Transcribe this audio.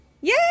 Yay